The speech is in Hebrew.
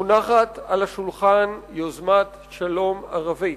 מונחת על השולחן יוזמת שלום ערבית,